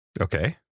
Okay